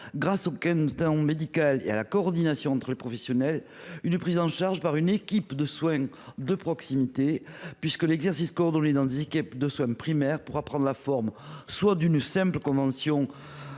grâce au gain de temps médical et à la coordination entre les professionnels, une prise en charge par une équipe de soins de proximité. L’exercice coordonné dans des équipes de soins primaires (ESP) pourra prendre la forme d’une convention